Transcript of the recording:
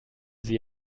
sie